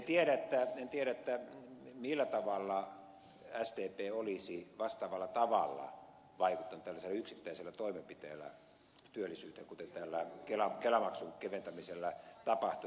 en tiedä millä vastaavalla tavalla sdp olisi vaikuttanut tällaisilla yksittäisillä toimenpiteillä työllisyyteen kuten tällä kelamaksun keventämisellä tapahtui